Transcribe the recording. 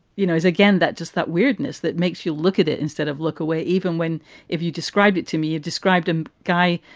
you know, is again, that just that weirdness that makes you look at it instead of look away. even when if you described it to me, you described a guy,